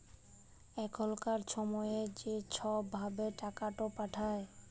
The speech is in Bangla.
এখলকার ছময়ে য ছব ভাবে টাকাট পাঠায়